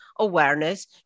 awareness